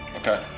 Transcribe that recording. okay